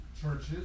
churches